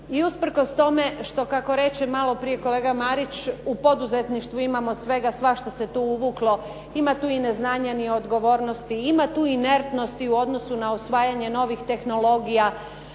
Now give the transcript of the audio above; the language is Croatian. usprkos tome što kako reče malo prije kolega Marić u poduzetništvu imamo svega. Svašta se tu uvuklo. Ima tu i neznanja, ni odgovornosti. Ima tu inertnosti u odnosu na usvajanje novih tehnologija,